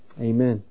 Amen